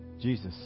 Jesus